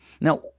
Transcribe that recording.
Now